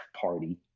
party